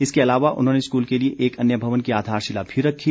इसके अलावा उन्होंने स्कूल के लिए एक अन्य भवन की आधारशिला भी रखी